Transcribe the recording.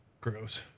Gross